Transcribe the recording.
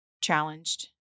challenged